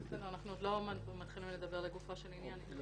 אנחנו עוד לא מתחילים לדבר לגופו של עניין.